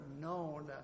known